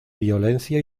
violencia